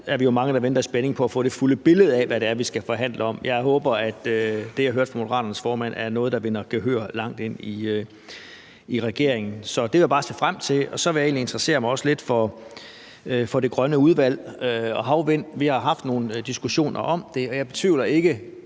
derfor er vi jo mange, der venter i spænding på at få det fulde billede af, hvad det er, vi skal forhandle om. Jeg håber, at det, jeg hørte fra Moderaternes formand, er noget, der vinder gehør langt ind i regeringen. Så det vil jeg bare se frem til, og så vil jeg egentlig også interessere mig lidt for det grønne udvalg og havvindmøller. Vi har haft nogle diskussioner om det, og jeg betvivler ikke